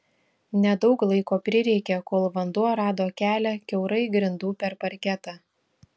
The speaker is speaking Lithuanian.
nedaug laiko prireikė kol vanduo rado kelią kiaurai grindų per parketą